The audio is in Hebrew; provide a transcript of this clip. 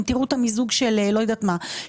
אם תראו את המיזוג של לא יודעת מה,